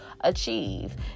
achieve